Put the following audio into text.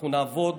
אנחנו נעבוד